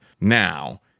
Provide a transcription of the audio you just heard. now